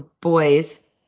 boys